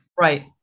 right